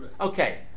Okay